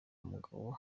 mugabo